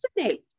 resonate